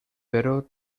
però